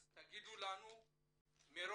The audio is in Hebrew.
אז תאמרו לנו מראש,